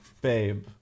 Babe